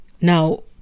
Now